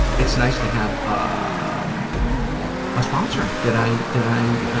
it's nice to have a um but sponsor that i that i